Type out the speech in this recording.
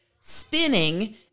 spinning